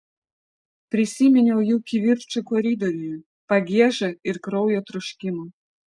prisiminiau jų kivirčą koridoriuje pagiežą ir kraujo troškimą